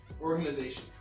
organization